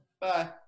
Bye